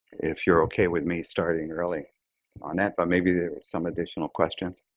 if you're ok with me starting early on that, but maybe there's some additional questions.